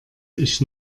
ich